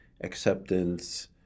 acceptance